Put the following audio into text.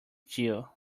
jill